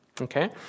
Okay